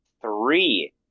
three